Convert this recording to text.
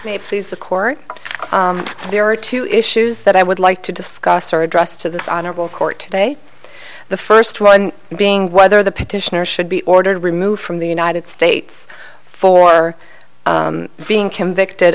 made these the court there are two issues that i would like to discuss are addressed to this honorable court today the first one being whether the petitioner should be ordered removed from the united states for being convicted